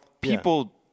people